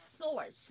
source